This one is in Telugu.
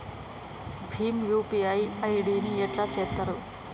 భీమ్ యూ.పీ.ఐ ఐ.డి ని ఎట్లా చేత్తరు?